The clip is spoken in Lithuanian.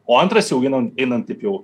o antras jau einant einant taip jau